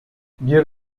bir